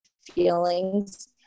feelings